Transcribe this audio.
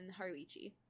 Haruichi